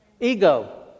Ego